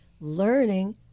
learning